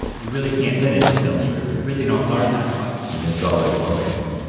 you really can't. then it just sounds weird. you really don't learn that much. you miss all the emotion.